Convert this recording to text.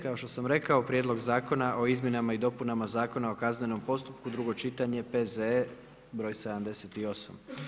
Kao što sam rekao: - Konačni prijedlog zakona o izmjenama i dopunama Zakona o kaznenom postupku, drugo čitanje, P.Z.E. br. 78.